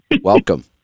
Welcome